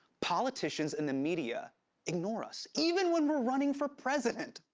politicians in the media ignore us, even when we're running for president.